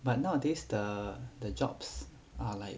but nowadays the the jobs are like